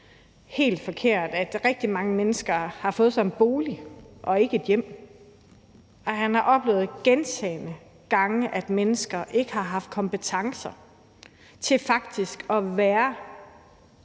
helt forkert, og at rigtig mange mennesker har fået sig en bolig, men ikke et hjem. Han har gentagne gange oplevet, at mennesker ikke har haft kompetencer til faktisk at være